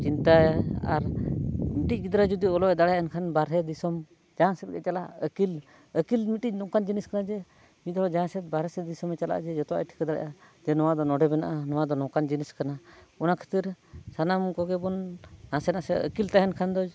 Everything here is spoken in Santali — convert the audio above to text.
ᱪᱤᱱᱛᱟᱹᱭᱟ ᱟᱨ ᱢᱤᱫᱴᱤᱡ ᱜᱤᱫᱽᱨᱟᱹ ᱡᱩᱫᱤ ᱚᱞᱚᱜ ᱮ ᱫᱟᱲᱮᱭᱟᱜᱼᱟ ᱮᱱᱠᱷᱟᱱ ᱵᱟᱦᱨᱮ ᱫᱤᱥᱚᱢ ᱡᱟᱦᱟᱸ ᱥᱮᱫ ᱜᱮ ᱪᱟᱞᱟᱜᱼᱟ ᱟᱹᱠᱤᱞ ᱟᱹᱠᱤᱞ ᱢᱤᱫᱴᱤᱡ ᱱᱚᱝᱠᱟᱱ ᱡᱤᱱᱤᱥ ᱠᱟᱱᱟ ᱡᱮ ᱢᱤᱫ ᱦᱚᱲ ᱡᱟᱦᱟᱸ ᱥᱮᱫ ᱵᱟᱦᱨᱮ ᱥᱮᱫ ᱫᱤᱥᱚᱢᱮ ᱪᱟᱞᱟᱜᱼᱟ ᱡᱮ ᱡᱚᱛᱚᱣᱟᱜ ᱮ ᱴᱷᱤᱠᱟᱹ ᱫᱟᱲᱮᱭᱟᱜᱼᱟ ᱡᱮ ᱱᱚᱣᱟ ᱫᱚ ᱱᱚᱰᱮ ᱢᱮᱱᱟᱜᱼᱟ ᱱᱚᱣᱟ ᱫᱚ ᱱᱚᱝᱠᱟᱱ ᱡᱤᱱᱤᱥ ᱠᱟᱱᱟ ᱚᱱᱟ ᱠᱷᱟᱹᱛᱤᱨ ᱥᱟᱱᱟᱢ ᱠᱚᱜᱮ ᱵᱚᱱ ᱱᱟᱥᱮ ᱱᱟᱥᱮ ᱟᱹᱠᱤᱞ ᱛᱟᱦᱮᱱ ᱠᱷᱟᱱ ᱫᱚ